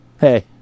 Hey